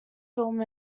film